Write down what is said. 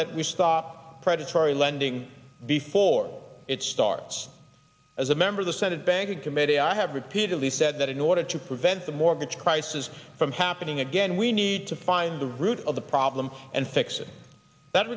that we stop predatory lending before it starts as a member of the senate banking committee i have repeatedly said that in order to prevent the mortgage crisis from happening again we need to find the root of the problem and fix it that